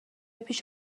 پیش